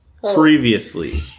Previously